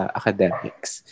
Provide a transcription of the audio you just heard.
academics